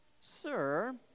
Sir